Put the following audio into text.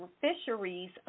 fisheries